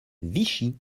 vichy